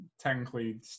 technically